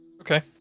Okay